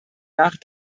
nach